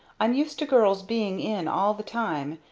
i'm used to girls being in all the time,